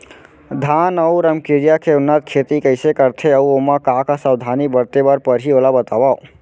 धान अऊ रमकेरिया के उन्नत खेती कइसे करथे अऊ ओमा का का सावधानी बरते बर परहि ओला बतावव?